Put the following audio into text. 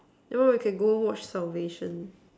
you want we can go watch salvation